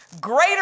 Greater